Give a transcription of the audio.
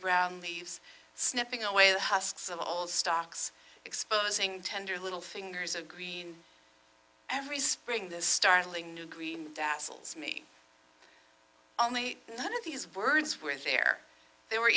brown leaves snipping away the husks of all stocks exposing tender little fingers of green every spring this startling new green dazzles me only none of these words were there they were